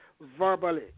verbally